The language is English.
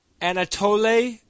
Anatole